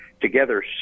together